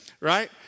right